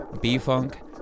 B-Funk